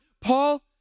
Paul